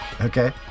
Okay